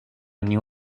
new